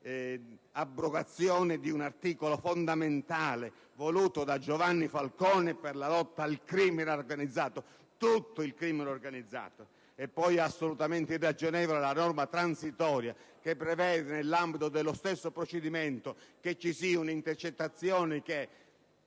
abrogazione di un articolo fondamentale voluto da Giovanni Falcone per la lotta al crimine organizzato: tutto il crimine organizzato. È poi assolutamente irragionevole la norma transitoria che prevede nell'ambito dello stesso procedimento che ci siano intercettazioni